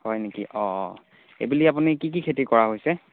হয় নেকি অঁ অঁ এইবুলি আপুনি কি কি খেতি কৰা হৈছে